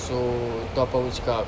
so itu apa aku cakap